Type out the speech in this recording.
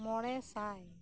ᱢᱚᱬᱮ ᱥᱟᱭ